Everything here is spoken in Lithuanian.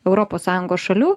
europos sąjungos šalių